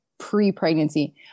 pre-pregnancy